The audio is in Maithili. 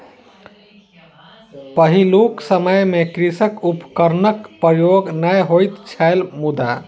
पहिलुक समय मे कृषि उपकरणक प्रयोग नै होइत छलै मुदा